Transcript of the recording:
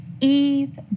Eve